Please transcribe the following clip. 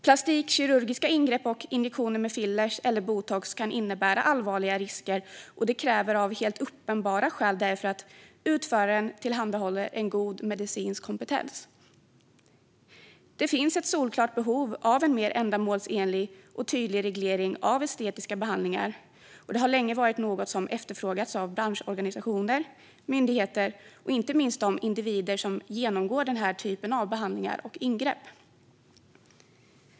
Plastikkirurgiska ingrepp och injektioner med fillers eller botox kan innebära allvarliga risker. Det kräver därför av helt uppenbara skäl att utföraren har en god medicinsk kompetens. Det finns ett solklart behov av en mer ändamålsenlig och tydlig reglering av estetiska behandlingar. Det har länge varit något som efterfrågats av branschorganisationer, myndigheter och inte minst de individer som genomgår den här typen av behandlingar och ingrepp.